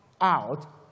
out